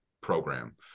program